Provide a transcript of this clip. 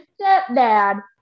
stepdad